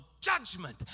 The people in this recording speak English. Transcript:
judgment